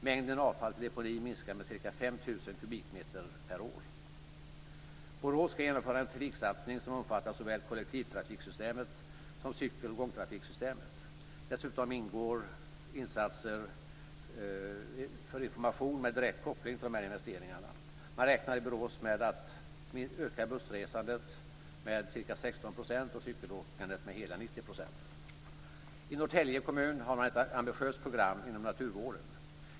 Mängden avfall till deponi minskar med ca 5 000 kubikmeter per år. Borås ska genomföra en trafiksatsning som omfattar såväl kollektivtrafikssystemet som cykeltrafiksoch gångtrafikssystemet. Dessutom ingår insatser för information med direkt koppling till de här investeringarna. Man räknar i Borås med att öka bussresandet med ca 16 % och cykelåkandet med hela 90 %. I Norrtälje kommun har man ett ambitiöst program inom naturvården.